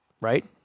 right